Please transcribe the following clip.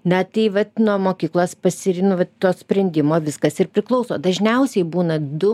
na tai vat nuo mokyklos pasiri nu va to sprendimo viskas ir priklauso dažniausiai būna du